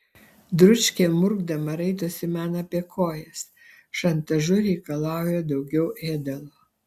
dručkė murkdama raitosi man apie kojas šantažu reikalauja daugiau ėdalo